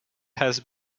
has